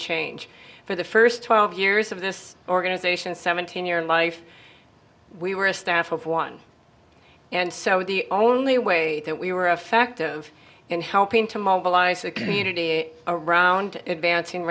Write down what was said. change for the first twelve years of this organization seventeen year life we were a staff of one and so the only way that we were effective in helping to mobilize the community around advancing